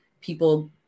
people